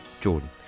Jordan